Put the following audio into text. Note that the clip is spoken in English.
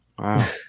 Wow